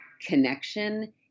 connection